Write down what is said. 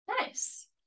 Nice